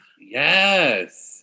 yes